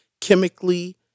chemically